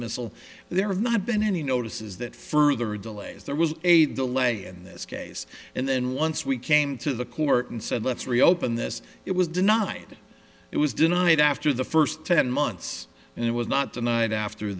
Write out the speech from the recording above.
missal there have not been any notices that further delays there was a delay in this case and then once we came to the court and said let's reopen this it was denied it was denied after the first ten months and it was not the night after